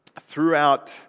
throughout